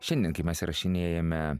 šiandien kai mes įrašinėjame